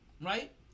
right